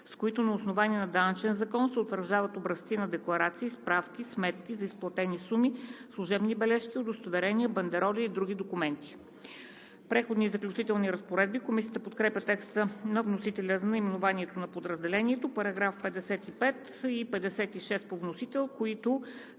с които на основание на данъчен закон се утвърждават образци на декларации, справки, сметки за изплатени суми, служебни бележки, удостоверения, бандероли и други документи.“ „Преходни и заключителни разпоредби“. Комисията подкрепя текста на вносителя за наименованието на подразделението, параграфи 55 и 56 по вносител, които